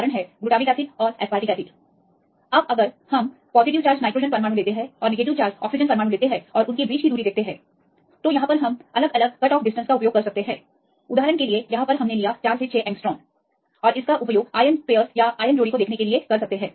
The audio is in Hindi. ग्लूटामिक एसिड और एसपारटिक एसिड अब अगर हम सकारात्मक चार्ज में नाइट्रोजन परमाणु और नकारात्मक चार्ज में ऑक्सीजन परमाणु देखते हैं और दूरी देखते हैं हम अलग अलग दूरी के कट ऑफ का उपयोग कर सकते हैं और आप 4 से 6 एंग्स्ट्रॉम तक देख सकते हैं हम आयन जोड़े के लिए उपयोग कर सकते हैं